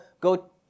Go